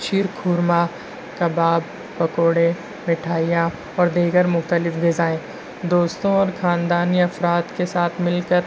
شیر خورمہ کباب پکوڑے مٹھائیاں اور دیگر مختلف غذائیں دوستوں اور خاندانی افراد کے ساتھ مل کر